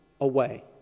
away